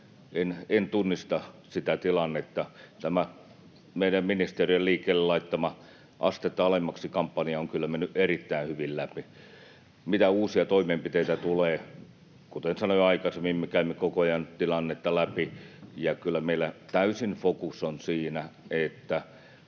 En tunnista sitä tilannetta. Tämä meidän ministeriön liikkeelle laittama Astetta alemmaksi ‑kampanja on kyllä mennyt erittäin hyvin läpi. Mitä uusia toimenpiteitä tulee? Kuten sanoin aikaisemmin, me käymme koko ajan tilannetta läpi, ja kyllä meillä täysin fokus on siinä, että